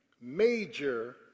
major